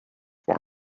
form